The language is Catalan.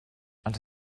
els